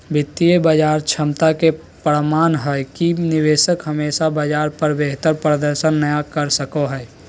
वित्तीय बाजार दक्षता के प्रमाण हय कि निवेशक हमेशा बाजार पर बेहतर प्रदर्शन नय कर सको हय